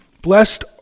Blessed